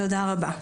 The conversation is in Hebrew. תודה רבה.